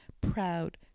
proud